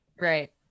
Right